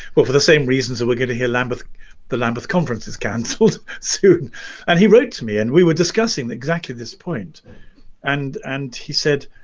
but for the same reasons that we're gonna hear lambeth the lambeth conference is cancelled soon and he wrote to me and we were discussing exactly this point and and he said,